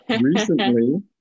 recently –